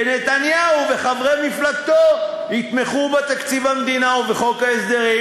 ונתניהו וחברי מפלגתו יתמכו בתקציב המדינה ובחוק ההסדרים